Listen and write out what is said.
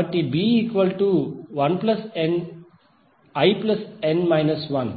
కాబట్టి bln 1 l